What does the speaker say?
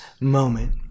moment